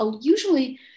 usually